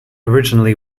originally